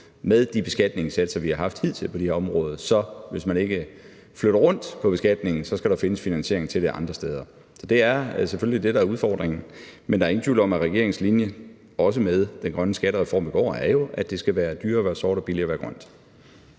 med de beskatningssatser, vi har haft hidtil på det her område – hvis man ikke flytter rundt på beskatningen – findes finansiering til det andre steder. Det er selvfølgelig det, der er udfordringen. Men der er ingen tvivl om, at regeringens linje – også med den grønne skattereform i går – jo er, at det skal være dyrere at være sort og billigere at være grøn.